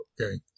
okay